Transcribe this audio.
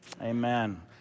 amen